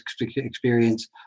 experience